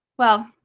well,